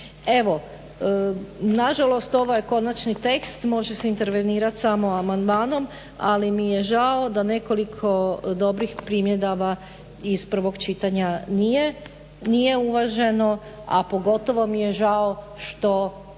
Evo, nažalost ovo je konačni tekst, može se intervenirati samo amandmanom ali mi je žao da nekoliko dobrih primjedbi iz prvog čitanja nije uvaženo, a pogotovo mi je žao što